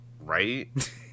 Right